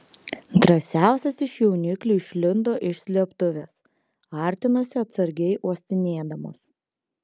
drąsiausias iš jauniklių išlindo iš slėptuvės artinosi atsargiai uostinėdamas